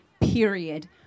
period